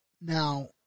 Now